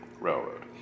Railroad